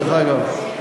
דרך אגב.